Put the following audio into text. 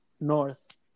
north